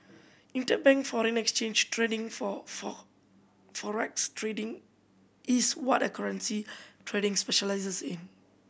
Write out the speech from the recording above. interbank foreign exchange trading for Forex trading is what a currency trader specialises in